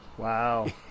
Wow